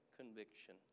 conviction